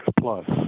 Plus